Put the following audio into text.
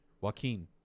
Joaquin